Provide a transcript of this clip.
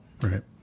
Right